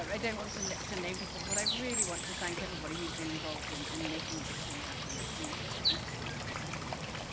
um i don't want and to name people what i really want to thank everybody who's been involved in and making this thing happen. it's been but disappeared.